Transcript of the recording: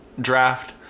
draft